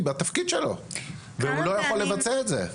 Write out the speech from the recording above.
בתפקיד שלו והוא לא יכול לבצע את זה.